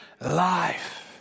life